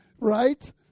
Right